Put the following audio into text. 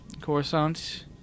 Coruscant